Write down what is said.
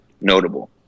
notable